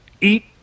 Eat